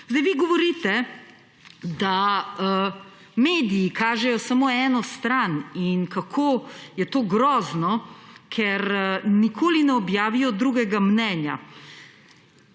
Vi govorite, da mediji kažejo samo eno stran in kako je to grozno, ker nikoli ne objavijo drugega mnenja.